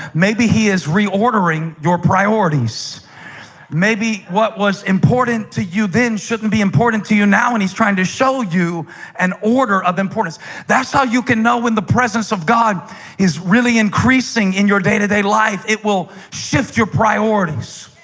maybe he is reordering your priorities maybe what was important to you then shouldn't be important to you now, and he's trying to show you an order of importance that's how you can know when the presence of god is really increasing in your day to day life it will shift your priorities